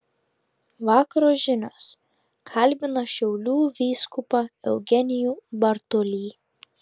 vakaro žinios kalbina šiaulių vyskupą eugenijų bartulį